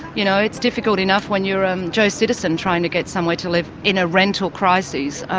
you know, it's difficult enough when you're um joe citizen trying to get somewhere to live in a rental crisis,